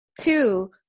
two